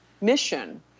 mission